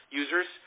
users